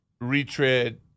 retread